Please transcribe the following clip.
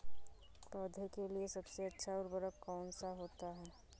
पौधे के लिए सबसे अच्छा उर्वरक कौन सा होता है?